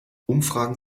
umfragen